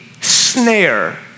snare